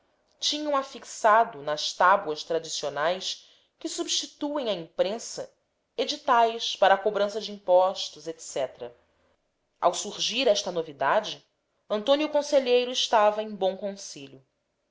tinham afixado nas tábuas tradicionais que substituem a imprensa editais para a cobrança de impostos etc ao surgir esta novidade antônio conselheiro estava em bom conselho